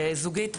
גם זוגית,